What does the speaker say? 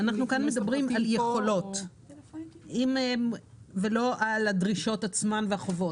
אנחנו כאן מדברים על יכולות ולא על הדרישות עצמן ועל החובות.